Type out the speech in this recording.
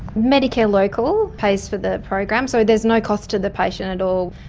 medicare local pays for the program, so there is no cost to the patient at all.